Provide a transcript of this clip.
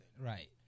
Right